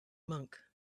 monk